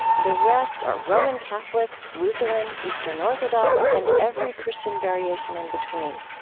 the rest are roman catholic, lutheran, eastern orthodox, and every christian variation in between.